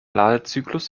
ladezyklus